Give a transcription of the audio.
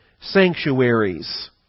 Sanctuaries